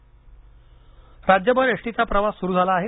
S T राज्यभर एसटीचा प्रवास सुरू झाला आहे